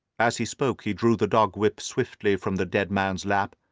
as he spoke he drew the dog-whip swiftly from the dead man's lap,